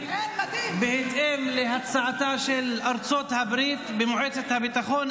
בהתאם להצעתה של ארצות הברית במועצת הביטחון.